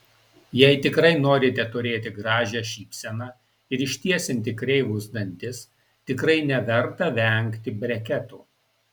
jei tikrai norite turėti gražią šypseną ir ištiesinti kreivus dantis tikrai neverta vengti breketų